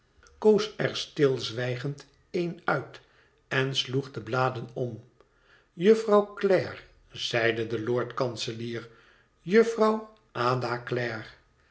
er stilzwijgend een uit en sloeg de bladen om jufvrouw clare zeide de lord-kanselier